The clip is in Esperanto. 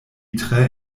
tre